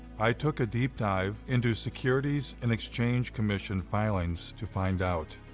i took a deep dive into securities and exchange commission filings to find out.